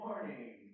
Morning